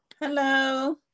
Hello